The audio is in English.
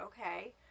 okay